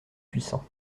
puissant